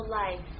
life